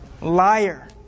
Liar